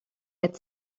had